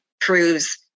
proves